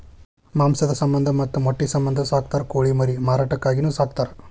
ಮಾಂಸದ ಸಮಂದ ಮತ್ತ ಮೊಟ್ಟಿ ಸಮಂದ ಸಾಕತಾರ ಕೋಳಿ ಮರಿ ಮಾರಾಟಕ್ಕಾಗಿನು ಸಾಕತಾರ